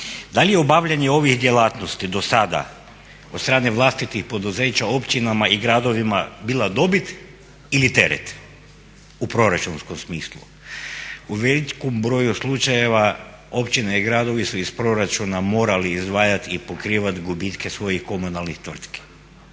Da li je obavljanje ovih djelatnosti do sada od strane vlastitih poduzeća općinama i gradovima bila dobit ili teret u proračunskom smislu. U velikom broju slučajeva općine i gradovi su iz proračuna morali izdvajati i pokrivati gubitke svojih komunalnih tvrtki.